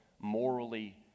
morally